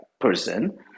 person